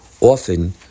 Often